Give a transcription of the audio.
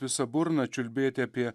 visa burna čiulbėjot apie